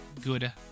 good